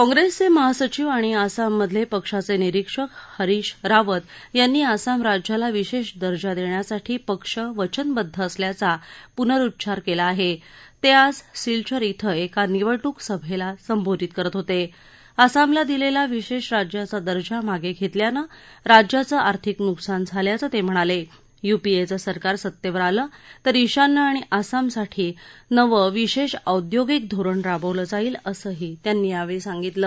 काँग्रस्त्रिमिहासचिव आणि आसाममधलविक्षाचकिरीक्षक हरीश रावत यांनी आसाम राज्याला विशक् दर्जा दप्पिसाठी पक्ष वचनबद्ध असल्याचा पुनरुच्चार कला आहा विखाज सिल्चर श्री एका निवडणूक सभली संबोधित करत होत आसामला दिल विश राज्याचा दर्जा माग क्विंक्यानं राज्याचं आर्थिक नुकसान झाल्याचं तम्हिणाल मुपीएचं सरकार सत्तप्रे आलं तर ईशान्य आणि आसाम साठी नवं विशाऔद्योगिक धारणि राबवलं जाईल असंही त्यांनी यावळी सांगितलं